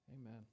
Amen